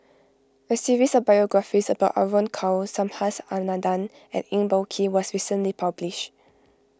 a series of biographies about Evon Kow Subhas Anandan and Eng Boh Kee was recently published